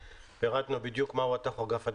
פירטנו בדיוק מהו הטכוגרף הדיגיטלי,